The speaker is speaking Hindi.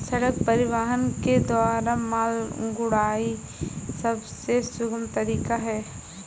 सड़क परिवहन के द्वारा माल ढुलाई सबसे सुगम तरीका है